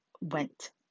went